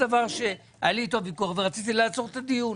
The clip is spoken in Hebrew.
היה לי איתו ויכוח ורציתי לעצור את הדיון,